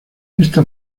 esta